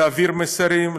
להעביר מסרים,